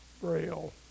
Braille